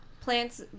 Plants